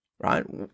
right